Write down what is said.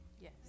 Yes